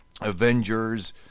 Avengers